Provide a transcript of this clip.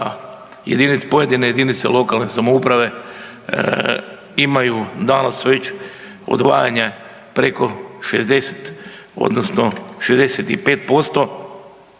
pojedine jedinice lokalne samouprave imaju danas već odvajanje preko 60 odnosno 65%